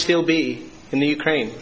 still be in the ukraine